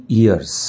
years